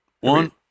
One